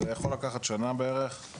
זה יכול לקחת בערך שנה,